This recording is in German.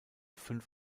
fünf